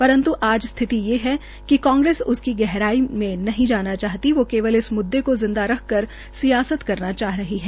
परन्त् आज स्थिति ये है कि कांग्रेस उसकी गहराई मे नहीं जाना चाहती वो केवल इस मुद्दे को जिंदा रखकर सियासत करना चाह रही है